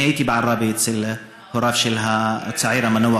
הייתי בעראבה אצל הוריו של הצעיר המנוח.